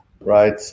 right